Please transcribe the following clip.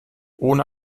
ohne